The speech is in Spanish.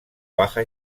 baja